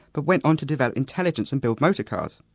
but went on to develop intelligence and build motorcars. i